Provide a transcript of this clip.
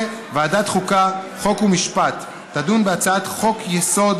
ועדת החוקה, חוק ומשפט תדון בהצעת חוק-יסוד: